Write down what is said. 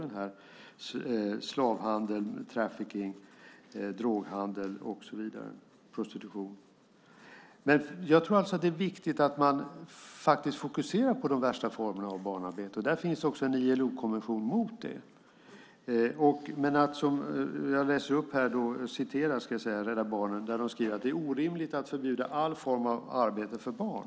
Det handlar om slavhandel, trafficking, droghandel, prostitution. Det är viktigt att man fokuserar på de värsta formerna av barnarbete. Det finns också en ILO-konvention mot det. Låt mig citera Rädda Barnen: "Orimligt att förbjuda all form av arbete för barn.